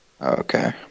Okay